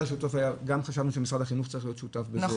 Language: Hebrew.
גם חשבנו שמשרד החינוך צריך להיות שותף בזה,